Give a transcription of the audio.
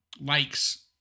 likes